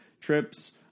trips